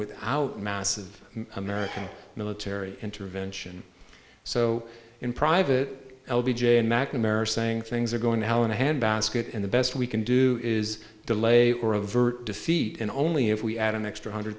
without massive american military intervention so in private l b j and mcnamara saying things are going to hell in a handbasket and the best we can do is delay or avert defeat and only if we add an extra hundred